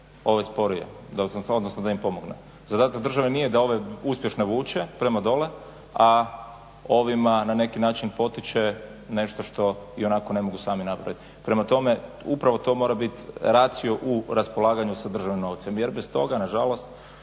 ove sporije, odnosno da im pomogne. Zadatak države nije da ove uspješne vuče prema dole, a ovima na neki način potiče nešto što ionako ne mogu sami napraviti. Prema tome, upravo to mora biti racio u raspolaganju sa državnim novcem. Jer bez toga nažalost